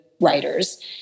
writers